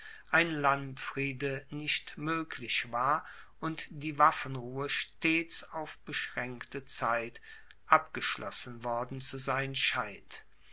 ein landfriede nicht moeglich war und die waffenruhe stets auf beschraenkte zeit abgeschlossen worden zu sein scheint